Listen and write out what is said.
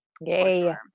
Yay